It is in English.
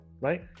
right